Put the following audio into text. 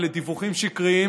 אלה דיווחים שקריים.